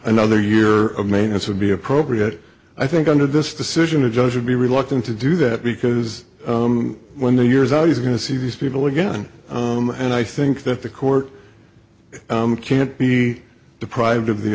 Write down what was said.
another year of maintenance would be appropriate i think under this decision a judge would be reluctant to do that because when the years are you going to see these people again and i think that the court i'm can't be deprived of the